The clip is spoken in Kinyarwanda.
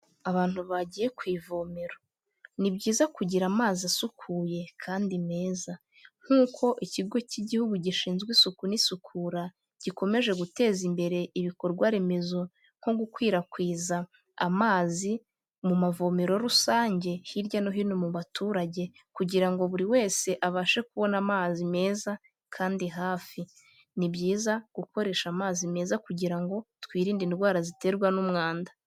Abantu bagiye ku ivomero, ni byiza kugira amazi asukuye kandi meza, nk'uko ikigo cy'igihugu gishinzwe isuku n'isukura gikomeje guteza imbere ibikorwa remezo nko gukwirakwiza amazi mu mavomero rusange hirya no hino mu baturage, kugira ngo buri wese abashe kubona amazi meza kandi hafi, ni byiza gukoresha amazi meza kugira ngo twirinde indwara ziterwa n'umwanda.